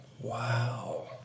Wow